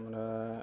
हमरा